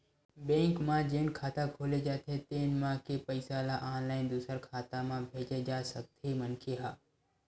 bank म जेन खाता खोले जाथे तेन म के पइसा ल ऑनलाईन दूसर खाता म भेजे जा सकथे मनखे ह